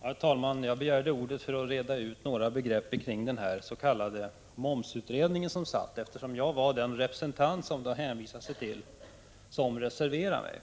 Herr talman! Jag begärde ordet för att reda ut några begrepp kring den s.k. momsutredning som gjordes, eftersom jag var den representant som det här har hänvisats till och som reserverade sig.